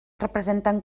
representen